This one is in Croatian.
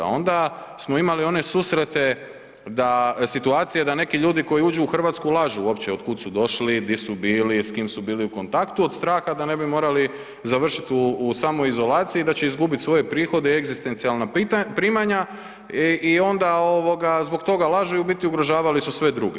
Onda smo imali one susrete da, situacije da neki ljudi koji uđu u Hrvatsku lažu uopće od kud su došli, di su bili, s kim su bili u kontaktu od straha da ne bi morali završiti u samoizolaciji, da će izgubiti svoje prihode i egzistencijalna primanja i onda zbog toga lažu i u biti ugrožavali su sve druge.